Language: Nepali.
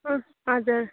हजुर